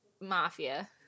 mafia